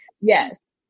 Yes